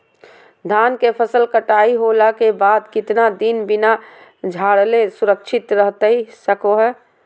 धान के फसल कटाई होला के बाद कितना दिन बिना झाड़ले सुरक्षित रहतई सको हय?